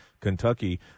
kentucky